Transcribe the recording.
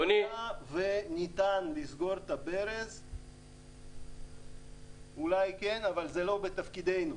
במידה וניתן לסגור את הברז - אולי כן אבל זה לא מתפקידנו,